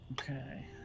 Okay